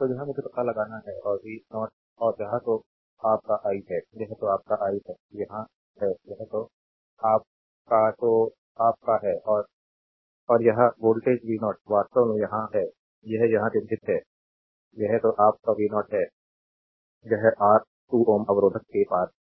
तो यह मुझे पता लगाना है और v0 और यह तो आप का i है यह तो आप का i है यहाँ है यह तो आप का तो आप का है और और यह वोल्टेज v0 वास्तव में यहाँ है यह यहाँ चिह्नित है यह तो आप का v0 है यह आर 2 Ω अवरोधक के पार है